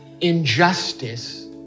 injustice